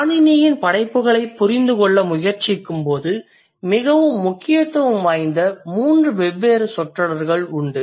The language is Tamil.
பாணினியின் படைப்புகளைப் புரிந்துகொள்ள முயற்சிக்கும்போது மிகவும் முக்கியத்துவம் வாய்ந்த மூன்று வெவ்வேறு சொற்றொடர்கள் உண்டு